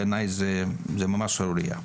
בעיניי זאת ממש שערורייה.